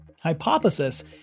hypothesis